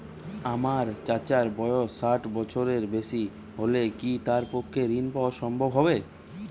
আমার চাচার বয়স ষাট বছরের বেশি হলে কি তার পক্ষে ঋণ পাওয়া সম্ভব হবে?